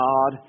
God